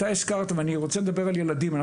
אני רוצה לדבר על ילדים.